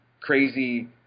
crazy